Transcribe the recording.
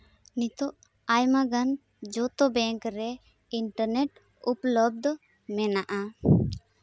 ᱱᱤᱛᱚᱜ ᱟᱭᱢᱟᱜᱟᱱ ᱡᱚᱛᱚ ᱵᱮᱝᱠ ᱨᱮ ᱤᱱᱴᱟᱨᱱᱮᱹᱴ ᱩᱯᱚᱞᱚᱵᱫᱷ ᱢᱮᱱᱟᱜᱼᱟ